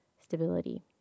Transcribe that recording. stability